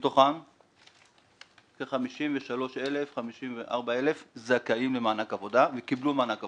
מתוכם כ 54-53 אלף זכאים למענק עבודה וקיבלו מענק עבודה.